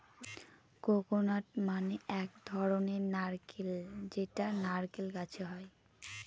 coconut মানে এক ধরনের নারকেল যেটা নারকেল গাছে হয়